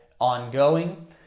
ongoing